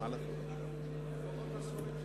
פניה קירשנבאום וציפי חוטובלי,